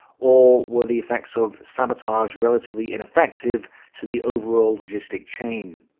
or were the effects of sabotage relatively ineffective to the overall logistic chain?